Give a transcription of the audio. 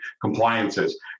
compliances